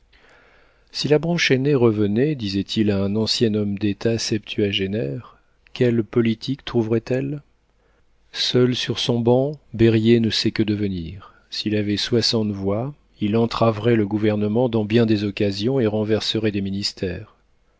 si la branche aînée revenait disait-il à un ancien homme d'état septuagénaire quels politiques trouverait-elle seul sur son banc berryer ne sait que devenir s'il avait soixante voix il entraverait le gouvernement dans bien des occasions et renverserait des ministères